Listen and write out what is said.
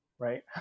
right